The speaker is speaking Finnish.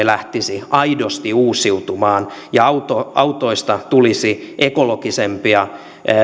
lähtisi aidosti uusiutumaan ja autoista tulisi ekologisempia